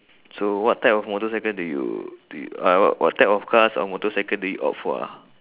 so what type of motorcycle do you do you uh wha~ what type of cars or motorcycle do you opt for ah